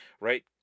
right